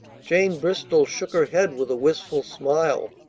jane bristol shook her head with a wistful smile.